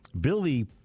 Billy